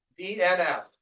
DNF